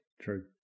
true